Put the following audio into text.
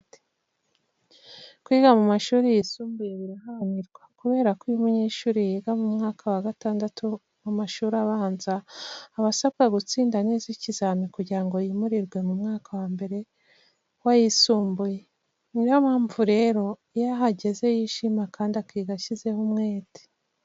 Kwiga mu mashuri yisumbuye biraharanirwa kubera ko iyo umunyeshuri yiga mu mwaka wa gatandatu w'amashuri abanza, aba asabwa gutsinda neza ikizamini kugira ngo yimurirwe mu mwaka wa mbere w'ayisumbuye. Ni yo mpamvu rero, iyo ahageze yishima kandi akiga ashyizeho umwete.